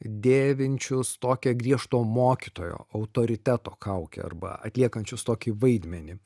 dėvinčius tokią griežto mokytojo autoriteto kaukę arba atliekančius tokį vaidmenį